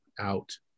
out